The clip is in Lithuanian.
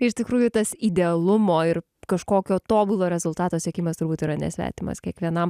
iš tikrųjų tas idealumo ir kažkokio tobulo rezultato siekimas turbūt yra nesvetimas kiekvienam